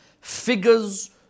figures